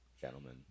gentlemen